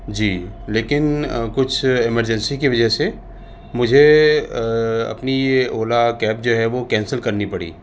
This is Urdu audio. جی لیکن کچھ ایمرجنسی کے وجہ سے مجھے اپنی یہ اولا کیب جو ہے وہ کینسل کرنی پڑی